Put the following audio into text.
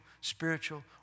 spiritual